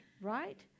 right